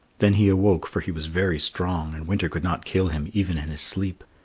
then he awoke, for he was very strong and winter could not kill him even in his sleep.